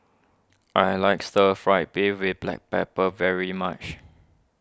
I like Stir Fried Beef with Black Pepper very much